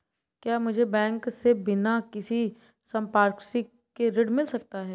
क्या मुझे बैंक से बिना किसी संपार्श्विक के ऋण मिल सकता है?